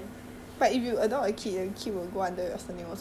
then I like oh shit think about it he's the only guy leh